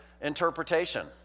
interpretation